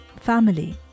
Family